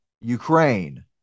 Ukraine